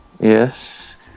Yes